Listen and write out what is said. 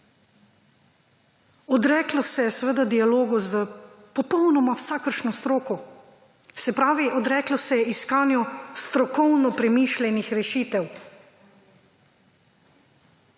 Odrekalo se je dialogu z popolnoma vsakršno stroko, se pravi odreklo se je iskanju strokovno premišljenih rešitev